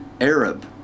Arab